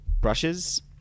brushes